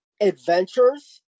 adventures